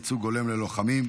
ייצוג הולם ללוחמים),